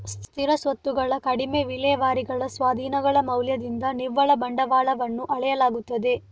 ಸ್ಥಿರ ಸ್ವತ್ತುಗಳ ಕಡಿಮೆ ವಿಲೇವಾರಿಗಳ ಸ್ವಾಧೀನಗಳ ಮೌಲ್ಯದಿಂದ ನಿವ್ವಳ ಬಂಡವಾಳವನ್ನು ಅಳೆಯಲಾಗುತ್ತದೆ